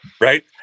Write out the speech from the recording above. right